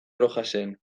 rojasen